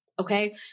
okay